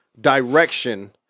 direction